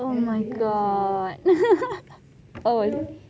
oh my god oh wait